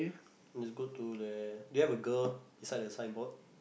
must go to there they have a girl beside that signboard